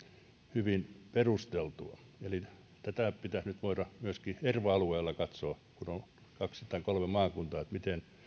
hyvin perusteltua eli pitäisi voida myöskin erva alueella katsoa kun on kaksi tai kolme maakuntaa miten